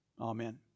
Amen